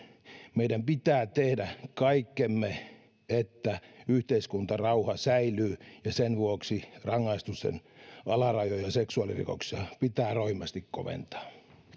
meidän pitää tehdä kaikkemme että yhteiskuntarauha säilyy ja sen vuoksi rangaistusten alarajoja seksuaalirikoksissa pitää roimasti koventaa